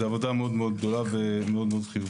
זאת עבודה גדולה מאוד, חיובית